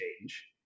change